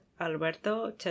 Alberto